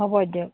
হ'ব দিয়ক